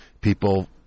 people